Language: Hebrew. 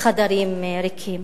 חדרים ריקים.